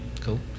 Cool